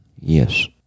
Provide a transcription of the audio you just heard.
yes